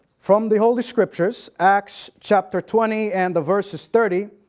from the holy scriptures acts chapter twenty and the verse is thirty.